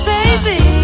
Baby